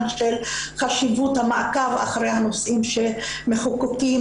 של חשיבות המעקב אחרי הנושאים שמחוקקים